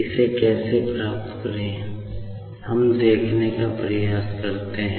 इसे कैसे प्राप्त करें हम देखने का प्रयास करते है